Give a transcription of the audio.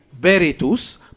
Beritus